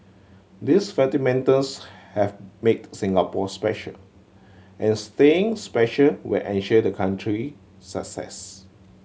these fundamentals have made Singapore special and staying special will ensure the country success